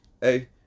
Hey